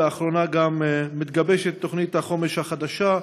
ולאחרונה גם מתגבשת תוכנית החומש החדשה.